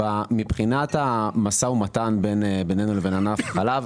מבחינת המשא ומתן בינינו לבין ענף החלב,